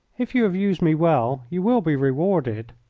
if you have used me well you will be rewarded,